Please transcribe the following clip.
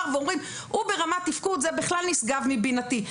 ואומרים הוא ברמת תפקוד זה בכלל נשגב מבינתי.